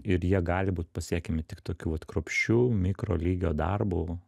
ir jie gali būt pasiekiami tik tokiu vat kruopščiu mikrolygio darbu